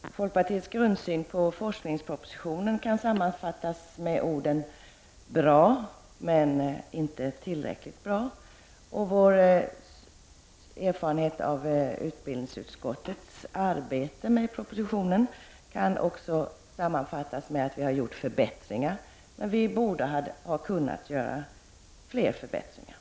Herr talman! Folkpartiets grundsyn på forskningspropositionen kan sammanfattas med orden: bra — men inte tillräckligt bra. Vår erfarenhet av utbildningsutskottets arbete med propositionen kan sammanfattas med att förbättringar har gjorts, men vi borde ha kunnat åstadkomma fler förbättringar.